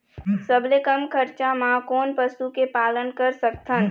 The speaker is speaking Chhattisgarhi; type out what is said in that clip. सबले कम खरचा मा कोन पशु के पालन कर सकथन?